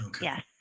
yes